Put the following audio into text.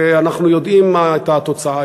ואנחנו יודעים מה הייתה התוצאה,